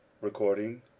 Recording